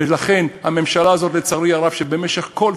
ולכן הממשלה הזאת, לצערי הרב,